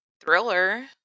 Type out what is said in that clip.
thriller